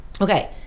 okay